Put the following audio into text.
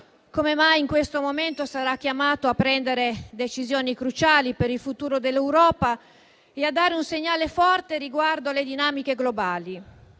come in questo momento sarà chiamato a prendere decisioni cruciali per il futuro dell'Europa e a dare un segnale forte riguardo alle dinamiche globali.